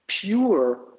pure